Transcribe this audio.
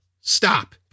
stop